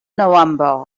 november